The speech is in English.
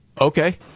Okay